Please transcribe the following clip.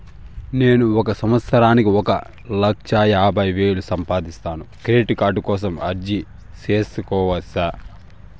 నేను ఒక సంవత్సరానికి ఒక లక్ష యాభై వేలు సంపాదిస్తాను, క్రెడిట్ కార్డు కోసం అర్జీ సేసుకోవచ్చా?